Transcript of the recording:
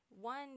One